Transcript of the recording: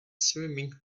swimming